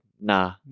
nah